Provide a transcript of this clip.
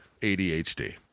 ADHD